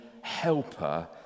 helper